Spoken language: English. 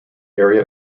area